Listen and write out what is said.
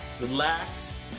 relax